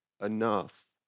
enough